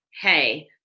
Hey